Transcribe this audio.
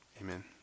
Amen